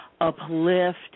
uplift